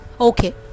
Okay